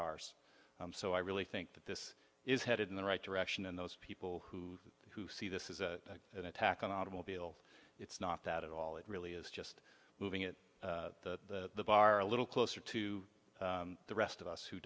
ours so i really think that this is headed in the right direction and those people who who see this is a an attack on automobile it's not that at all it really is just moving it the bar a little closer to the rest of us who